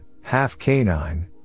half-canine